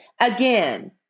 again